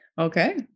Okay